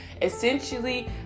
essentially